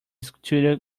studio